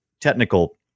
technical